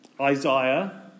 Isaiah